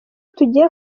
tugiye